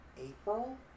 April